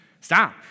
Stop